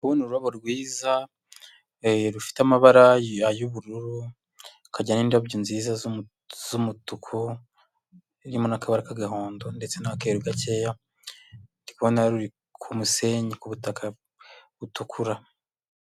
Ndi kubona ururabo rwiza rufite amabara y'ubururu, rukagira n'indabyo nziza z'umutuku zirimo n'akabara k'agahondo ndetse n'akuru gakeya, ndi kubona ruri ku musenyi ku butaka butukura.